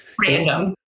Random